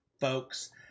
folks